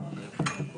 אבל חמור